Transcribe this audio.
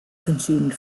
consumed